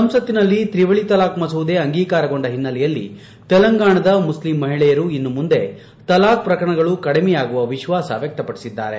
ಸಂಸತ್ತಿನಲ್ಲಿ ತ್ರಿವಳಿ ತಲಾಖ್ ಮಸೂದೆ ಅಂಗೀಕಾರಗೊಂಡ ಹಿನ್ನೆಲೆಯಲ್ಲಿ ತೆಲಂಗಾಣದ ಮುಸ್ಲಿಂ ಮಹಿಳೆಯರು ಇನ್ನು ಮುಂದೆ ತಲಾಖ್ ಪ್ರಕರಣಗಳು ಕಡಿಮೆಯಾಗುವ ವಿಶ್ವಾಸ ವ್ಯಕ್ತಪಡಿಸಿದ್ದಾರೆ